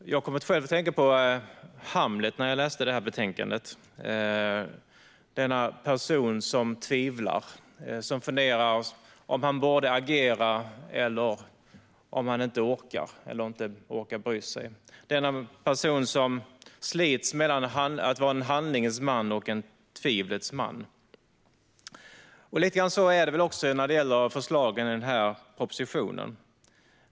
När jag läste detta betänkande kom jag att tänka på Hamlet, denna person som tvivlar, som funderar på om han borde agera eller inte orkar bry sig, som slits mellan att vara en handlingens man och en tvivlets man. Lite grann så är det väl också när det gäller förslagen i den här propositionen.